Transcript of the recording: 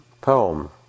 Poem